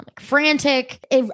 frantic